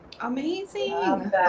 Amazing